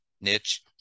niche